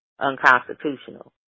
unconstitutional